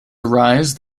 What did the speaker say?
arise